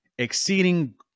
Exceeding